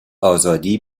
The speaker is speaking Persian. آزادی